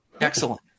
Excellent